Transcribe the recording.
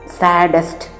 saddest